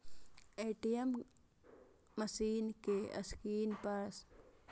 ATM machine के screen पर सं क्यू.आर कोड स्कैन करय पड़तै